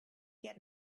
get